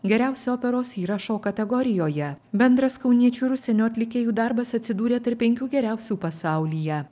geriausio operos įrašo kategorijoje bendras kauniečių ir užsienio atlikėjų darbas atsidūrė tarp penkių geriausių pasaulyje